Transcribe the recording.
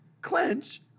clench